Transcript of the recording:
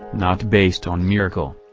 not based on miracle.